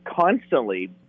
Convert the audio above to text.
constantly